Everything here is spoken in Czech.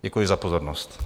Děkuji za pozornost.